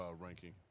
ranking